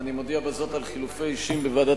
אני מודיע בזאת על חילופי אישים בוועדת